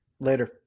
Later